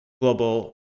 global